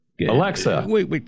Alexa